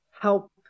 help